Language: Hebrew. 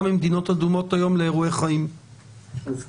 ממדינות אדומות לאירועי חיים משמעותיים?